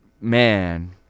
man